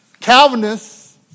Calvinists